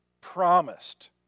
promised